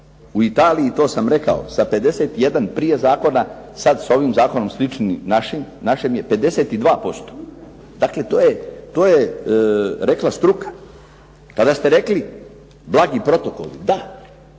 u Italiji, to sam rekao, sa 51 prije zakona sad sa ovim zakonom slični našem je 52%. Dakle, to je rekla struka. Kada ste rekli blagi protokoli.